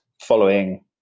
following